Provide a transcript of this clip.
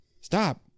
stop